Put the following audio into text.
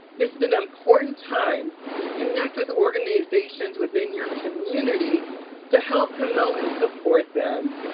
this is an important time to connect with organizations within your community to help promote and support them.